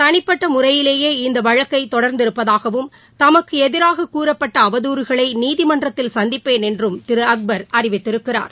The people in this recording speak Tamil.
தளிப்பட்ட முறையிலேயே இந்த வழக்கை தொடர்ந்து இருப்பதாகவும் தமக்கு எதிராக கூறப்பட்ட அவதுறுகளை நீதிமன்றத்தில் சந்திப்பேன் என்றும் திரு அக்பர் அறிவித்திருக்கிறார்